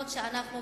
אף-על-פי שאנחנו,